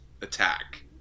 attack